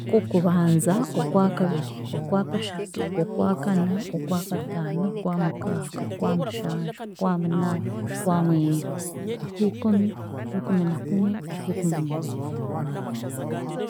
Okwokubanza, Okwakabiri, Okwakashatu, Okwakana, Okwakataano, Okwamukaaga, Okwamushanju, Okwamunaana, Okwamwenda, Okwikumi, Okwikuminakumwe, Okwikumineebiri.